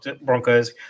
Broncos